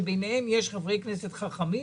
שביניהם יש חברי כנסת חכמים,